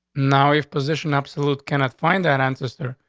now, if position absolute cannot find that ancestor,